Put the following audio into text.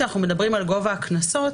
כשאנחנו מדברים על גובה הקנסות,